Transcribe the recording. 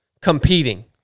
competing